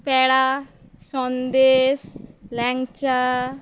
পেঁড়া সন্দেশ ল্যাংচা